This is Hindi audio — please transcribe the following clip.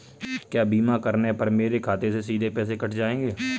क्या बीमा करने पर मेरे खाते से सीधे पैसे कट जाएंगे?